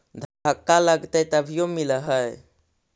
धक्का लगतय तभीयो मिल है?